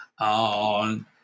on